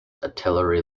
artillery